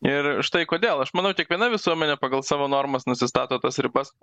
ir štai kodėl aš manau kiekviena visuomenė pagal savo normas nusistato tas ribas